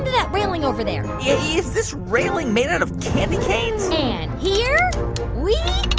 that railing over there yeah yeah is this railing made out of candy canes? and here we